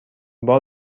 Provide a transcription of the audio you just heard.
بار